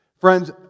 Friends